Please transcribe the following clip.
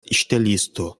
ŝtelisto